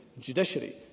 judiciary